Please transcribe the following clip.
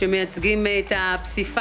אנחנו עושים מאמץ.